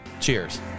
Cheers